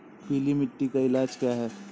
पीली मिट्टी का इलाज क्या है?